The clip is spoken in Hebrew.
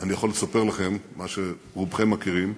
אני יכול לספר לכם את מה שרובכם מכירים,